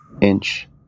inch